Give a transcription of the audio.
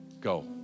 go